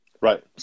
right